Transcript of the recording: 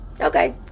okay